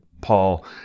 Paul